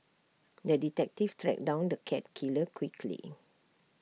the detective tracked down the cat killer quickly